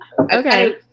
Okay